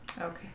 Okay